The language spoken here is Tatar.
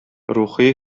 рухи